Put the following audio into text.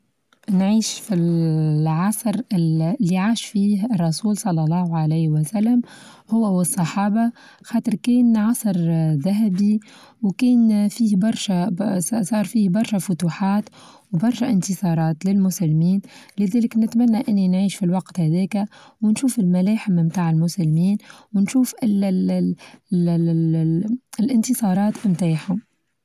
نعيش في العصر اللي عاش فيه الرسول صلى الله عليه وسلم هو والصحابة خاطر كان عصر ذهبي وكان فيه برشا صار فيه برشا فتوحات وبرشا إنتصارات للمسلمين لذلك نتمنى إني نعيش في الوقت هذاكا ونشوف الملاحم بتاع المسلمين ونشوف الإنتصارات متاعهم.